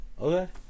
Okay